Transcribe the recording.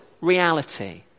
reality